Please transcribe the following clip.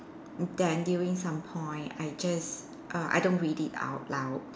then during some point I just err I don't read it out loud